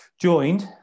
joined